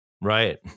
Right